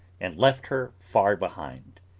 and left her far behind.